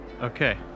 Okay